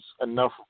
enough